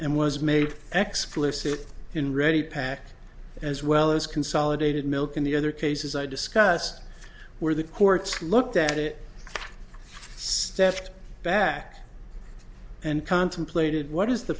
and was made expletive in ready packed as well as consolidated milk in the other cases i discussed where the courts looked at it stepped back and contemplated what is the